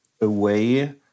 away